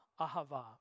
ahava